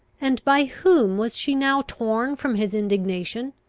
and by whom was she now torn from his indignation?